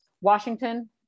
Washington